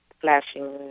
flashing